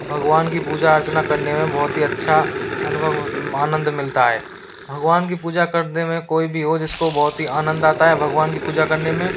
भगवान की पूजा अर्चना करने में बहुत ही अच्छा अनुभव आनंद मिलता है भगवान की पूजा कर दे में कोई भी हो जिस को बहुत ही आनंद आता है भगवान की पूजा करने में